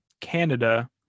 Canada